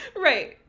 Right